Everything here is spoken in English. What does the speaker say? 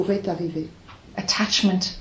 Attachment